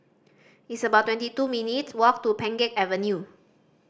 it's about twenty two minutes' walk to Pheng Geck Avenue